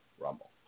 Rumble